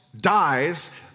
dies